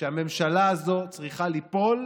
שהממשלה הזו צריכה ליפול,